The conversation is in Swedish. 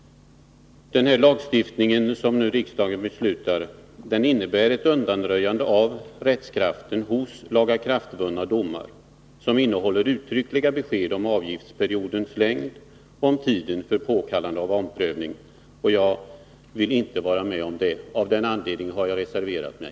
Den lagstiftning som riksdagen nu föreslås besluta om innebär ett undanröjande av rättskraften hos lagakraftvunna domar som innehåller uttryckliga besked om avgiftsperiodens längd och om tiden för påkallande av omprövning. Jag vill inte vara med om det, och av den anledningen har jag reserverat mig.